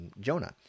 Jonah